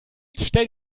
stell